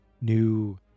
new